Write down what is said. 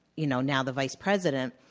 you know now the vice president,